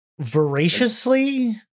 Voraciously